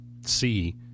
see